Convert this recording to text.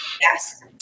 Yes